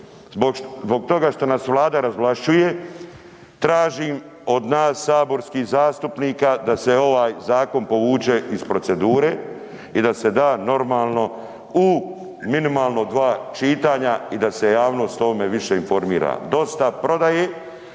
zbog toga što nas Vlada razvlašćuje tražim od nas saborskih zastupnika da se ovaj zakon povuče iz procedure i da se da normalno u minimalno 2 čitanja i da se javnost o ovome više informira. Dosta prodaje